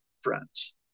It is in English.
friends